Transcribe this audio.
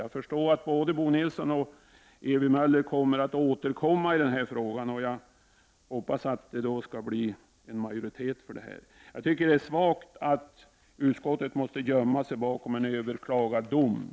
Jag förstår att både Bo Nilsson och Ewy Möller kommer att återkomma i den här frågan, och jag hoppas att det då kommer att bli en majoritet för förslaget. Jag tycker att det är svagt att utskottet måste gömma sig bakom en överklagad dom.